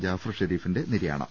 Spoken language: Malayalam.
ജാഫർ ഷെരീഫിന്റെ നിര്യാണം